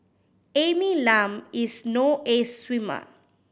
Amy Lam is no ace swimmer